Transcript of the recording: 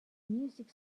music